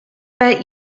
bet